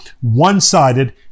one-sided